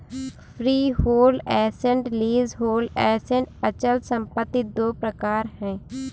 freehold assets, leasehold assets अचल संपत्ति दो प्रकार है